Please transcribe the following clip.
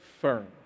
firm